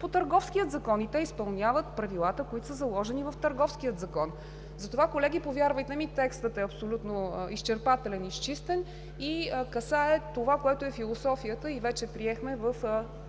по Търговския закон, и те изпълняват правилата, които са заложени в Търговския закон. Затова, колеги, повярвайте ми, текстът е абсолютно изчерпателен, изчистен и касае това, което е философията и вече приехме в